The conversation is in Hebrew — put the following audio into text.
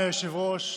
היושב-ראש.